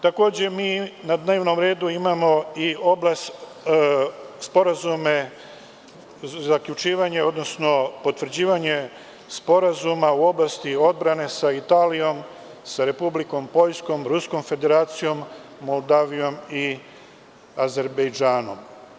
Takođe, na dnevnom redu imamo i zaključivanje, odnosno potvrđivanje sporazuma u oblasti odbrane sa Italijom, Republikom Poljskom, Ruskom federacijom, Moldavijom i Azerbejdžanom.